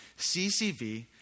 CCV